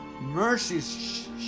mercies